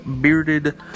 Bearded